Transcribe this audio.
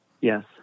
Yes